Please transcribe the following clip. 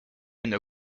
une